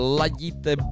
ladíte